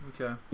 Okay